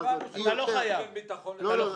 זה לא הדיון.